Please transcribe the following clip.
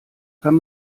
kann